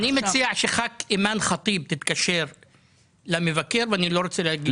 אני מציע שח"כ אימאן ח'טיב תתקשר למבקר ואני לא רוצה להגיד למה.